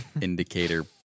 indicator